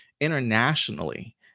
internationally